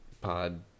pod